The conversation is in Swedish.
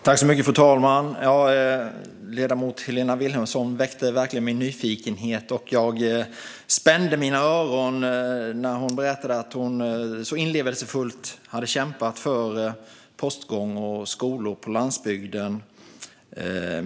Fru talman! Ledamot Helena Vilhelmsson väckte verkligen min nyfikenhet. Jag spände mina öron när hon så inlevelsefullt berättade att hon hade kämpat för postgång och skolor på landsbygden.